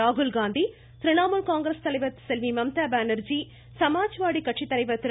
ராகுல்காந்தி திரிணாமுல் காங்கிரஸ் தலைவர் செல்வி மம்தா பானர்ஜி சமாஜ்வாடி கட்சித்தலைவர் திரு